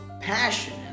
passion